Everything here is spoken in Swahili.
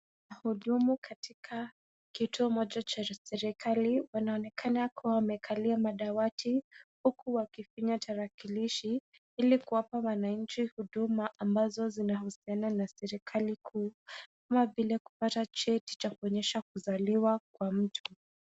Wahudumu katika kituo moja cha serikali wanaonekana kuwa wamekalia madawati huku wakifinya tarakilishi ili kuwapa wananchi huduma ambazo zinahusiana na serikali kuu. Kama vile kupata cheti cha kuonyesha kuzaliwa kwa mtu.